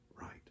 right